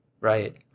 Right